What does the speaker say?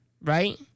right